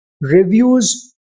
reviews